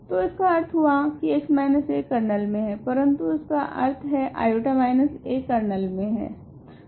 तो इसका अर्थ हुआ की x a कर्नल मे है परंतु इसका अर्थ है i a कर्नल मे है